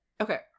Okay